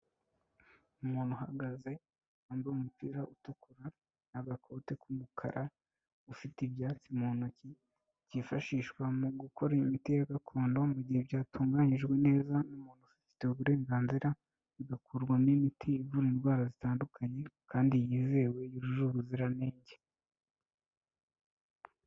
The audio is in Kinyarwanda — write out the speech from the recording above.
Umuntu uhagaze wambaye umupira utukura n'agakote k'umukara, ufite ibyatsi mu ntoki byifashishwa mu gukora imiti ya gakondo mu gihe byatunganjwe neza n'umuntu ubifiteye uburenganzira, bigakorwarwa imiti ivura indwara zitandukanye kandi yizewe yujuje ubuziranenge.